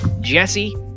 Jesse